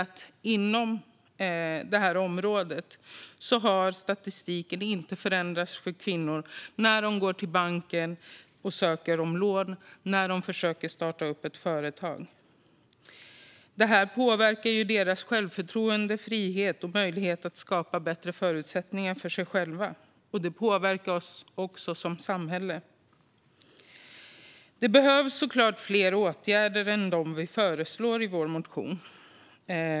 Det innebär att inte heller statistiken över kvinnor som går till banken och ansöker om lån för att starta upp ett företag har förändrats. Det påverkar deras självförtroende, frihet och möjlighet att skapa bättre förutsättningar för sig själva. Det påverkar också vårt samhälle. Det behövs såklart fler åtgärder än dem vi föreslår i vår motion.